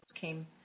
came